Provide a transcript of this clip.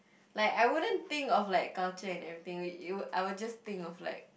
like I wouldn't think of like culture and everything you I would just think of like